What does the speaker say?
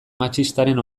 matxistaren